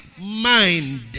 mind